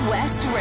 West